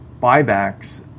buybacks